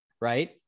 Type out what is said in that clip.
right